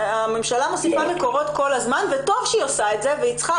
הממשלה מוסיפה מקורות כל הזמן וטוב שהיא עושה את זה והיא צריכה